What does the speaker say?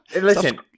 Listen